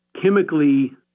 chemically